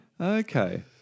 Okay